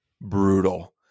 brutal